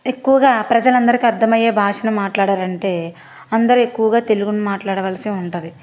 ఎక్కువగా ప్రజలందరికీ అర్థమయ్యే భాషను మాట్లాడాలంటే అందరూ ఎక్కువగా తెలుగుని మాట్లాడవలసి ఉంటుంది